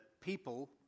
people